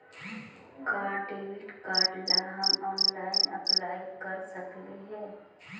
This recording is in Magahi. का डेबिट कार्ड ला हम ऑनलाइन अप्लाई कर सकली हे?